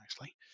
nicely